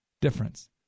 difference